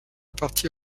partie